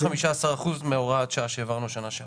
15 אחוזים מהוראת שעה שהעברנו בשנה שעברה.